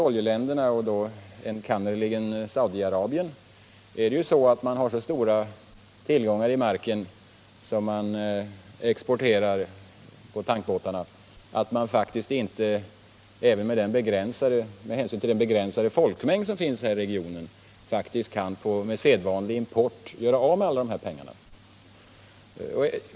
Oljeländerna, enkannerligen Saudi-Arabien, har ju i marken så stora tillgångar som de exporterar på tankbåtar, att de, med hänsyn till den begränsade folkmängden, faktiskt inte med sedvanlig import kan göra av med alla pengar.